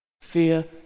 Fear